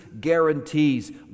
guarantees